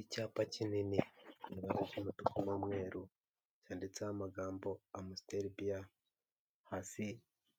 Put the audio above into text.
Icyapa kinini kigizwe n'ibara ry'umutuku n'umweru cyanditseho amagambo amusiteri biya hasi